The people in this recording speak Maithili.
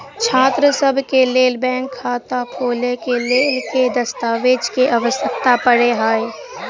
छात्रसभ केँ लेल बैंक खाता खोले केँ लेल केँ दस्तावेज केँ आवश्यकता पड़े हय?